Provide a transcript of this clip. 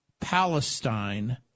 palestine